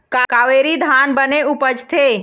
कावेरी धान बने उपजथे?